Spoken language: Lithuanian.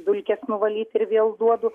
dulkes nuvalyt ir vėl duodu